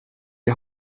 die